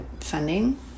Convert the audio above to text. funding